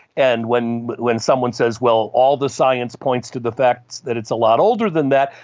and when when someone says, well, all the science points to the facts that it's a lot older than that,